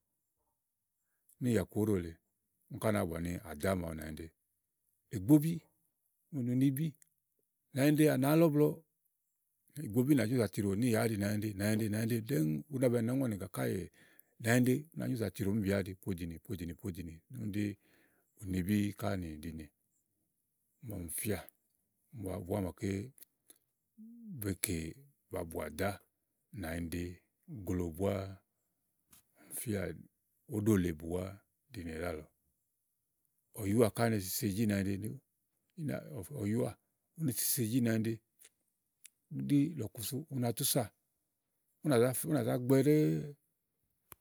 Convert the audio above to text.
Níyà ku ódòle ù kɔ na wone a ɖàa mla nànyiɖe Ìgbobí Ùnibí nànyiɖe à nàá lɔ iblɔɔ̀. Ìgbobí nà nyo zàa tiɖò níyà àɖi nànyiɖe nànyiɖe nànyiɖe nànyiɖe ɖɛ̀ɛ̀ una bàni nɔ̀ ŋɔ́ni kàèe nànyi ɖe bù nà nyò zàa tiɖó níyà àɖi podìni podìni podìni. Ùni ɖi ùnibi kà ní ìɖinè màa ɔmi fíà bùwà bùà màa beké abù àdà nànyiɖe gloò bùà fíà òdòle bùwà màa ɔmi fíà ɖáàlɔ. Ɔ̀yùà kà nesese èJìJì nànyiɖe ɖí ù na tùsà ù nà zà gbɛ ɖɛ̀ɛ̀.